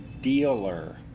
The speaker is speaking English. dealer